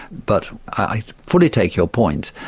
but i fully take your point,